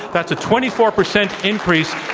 that's a twenty four percent increase.